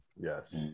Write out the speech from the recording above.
Yes